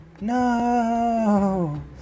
No